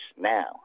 now